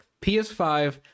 PS5